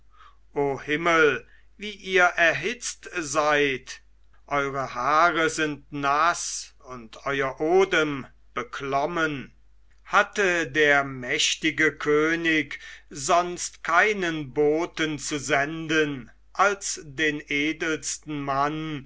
o himmel wie ihr erhitzt seid eure haare sind naß und euer odem beklommen hatte der mächtige könig sonst keinen boten zu senden als den edelsten mann